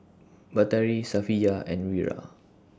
Batari Safiya and Wira